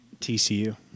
TCU